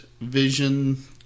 Vision